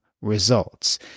results